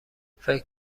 فکر